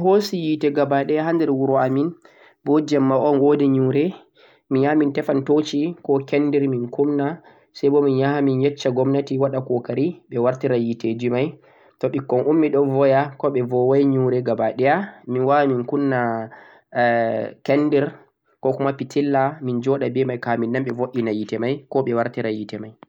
to ɓe hoosi hiite gabaɗaya ha nder wuro amin, bo jeemma un woodi nyumre, mi yahan min tefan torchi ko canndle min kunna, say bo min yaha min yecca 'gomnati' waɗa koqari ɓe wartira hiite ji may, to ɓikkon ummi ɗo boya ko ɓe boway nyewre gabaɗaya, min waaway min kunna huming, canndle,'ko kuma' pitilla min joɗa be may ka min nana ɓe bo'iina hiite may ko ɓe wartitira hiite may.